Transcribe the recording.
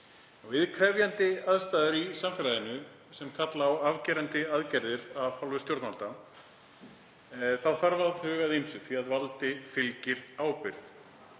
Við krefjandi aðstæður í samfélaginu sem kalla á afgerandi aðgerðir af hálfu stjórnvalda þarf að huga að ýmsu. Valdi fylgir ábyrgð.